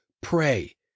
pray